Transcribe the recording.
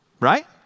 Right